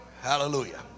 hallelujah